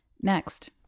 next